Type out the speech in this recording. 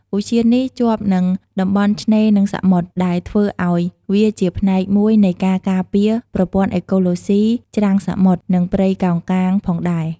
ឧទ្យាននេះជាប់នឹងតំបន់ឆ្នេរនិងសមុទ្រ ដែលធ្វើឱ្យវាជាផ្នែកមួយនៃការការពារប្រព័ន្ធអេកូឡូស៊ីច្រាំងសមុទ្រ និងព្រៃកោងកាងផងដែរ។